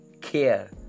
care